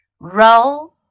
roll